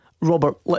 Robert